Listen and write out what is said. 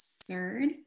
absurd